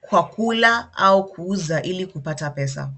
kwa kula au kuuza ili kupata pesa.